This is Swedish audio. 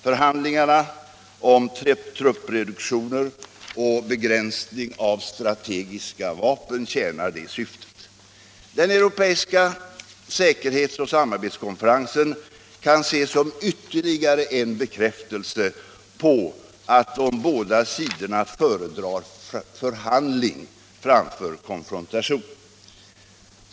Förhandlingarna om truppreduktioner och begränsning av strategiska vapen tjänar detta syfte. Den europeiska säkerhetsoch samarbetskonferensen kan ses som ytterligare en bekräftelse på att de båda sidorna föredrar förhandling framför konfrontation.